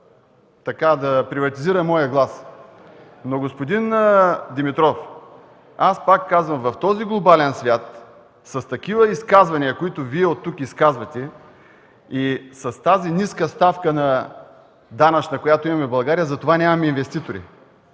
зала да приватизира моя глас. Но, господин Димитров, аз пак казвам – в този глобален свят с такива изказвания, които Вие оттук правите, и с тази ниска данъчна ставка, която има в България, затова нямаме инвеститори.